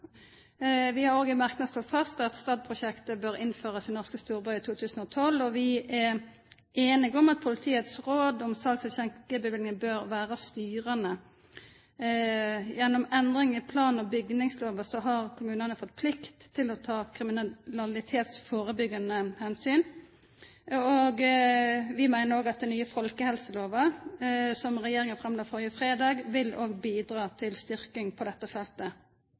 Vi har òg i ein merknad slått fast at STAD-prosjektet bør innførast i norske storbyar i 2012, og vi er einige om at politiet sine råd om sals- og skjenkjeløyve bør vera styrande. Gjennom endring i plan- og bygningslova har kommunane fått plikt til å ta kriminalitetsførebyggjande omsyn, og vi meiner òg at den nye folkehelselova, som regjeringa la fram førre fredag, vil bidra til styrking på dette feltet.